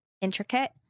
intricate